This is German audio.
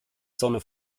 sonne